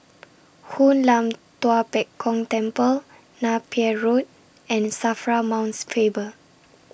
Hoon Lam Tua Pek Kong Temple Napier Road and SAFRA Mount Faber